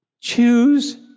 Choose